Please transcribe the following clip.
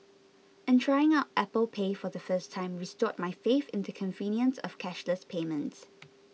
and trying out Apple Pay for the first time restored my faith in the convenience of cashless payments